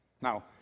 Now